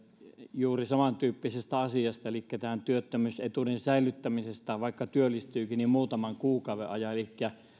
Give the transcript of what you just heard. juuri samantyyppisestä asiasta elikkä tämän työttömyysetuuden säilyttämisestä vaikka työllistyykin muutaman kuukauden ajan elikkä